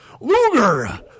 Luger